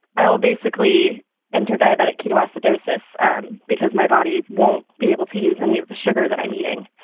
i'll basically enter diabetic ketoacidosis um because my body won't be able to use any of the sugar that i'm eating.